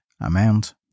amount